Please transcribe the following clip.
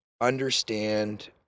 understand